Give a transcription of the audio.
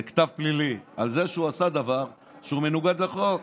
כתב פלילי על שהוא עשה דבר מנוגד לחוק.